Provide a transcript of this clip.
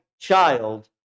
child